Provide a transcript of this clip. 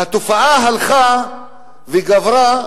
והתופעה הלכה וגברה.